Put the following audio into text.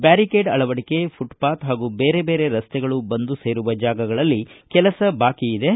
barricade ಅಳವಡಿಕೆ footpath ಹಾಗೂ ಬೇರೆ ಬೇರೆ ರಸ್ತೆಗಳು ಬಂದು ಸೇರುವ ಜಾಗಗಳಲ್ಲಿ ಕೆಲಸ ಬಾಕಿಯಿವೆ